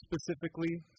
specifically